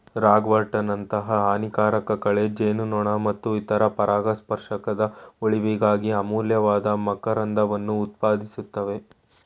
ರಾಗ್ವರ್ಟ್ನಂತಹ ಹಾನಿಕಾರಕ ಕಳೆ ಜೇನುನೊಣ ಮತ್ತು ಇತರ ಪರಾಗಸ್ಪರ್ಶಕದ ಉಳಿವಿಗಾಗಿ ಅಮೂಲ್ಯವಾದ ಮಕರಂದವನ್ನು ಉತ್ಪಾದಿಸ್ತವೆ